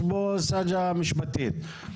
יש בו סאגה משפטית.